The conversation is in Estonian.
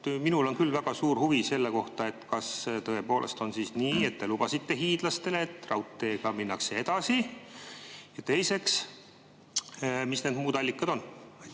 Minul on küll väga suur huvi selle vastu. Kas tõepoolest on nii, et te lubasite hiidlastele, et raudteega minnakse edasi? Ja teiseks, mis need muud allikad on?